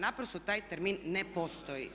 Naprosto taj termin ne postoji.